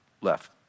left